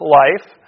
life